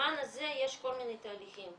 בזמן הזה יש כל מיני תהליכים,